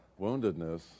woundedness